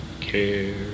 care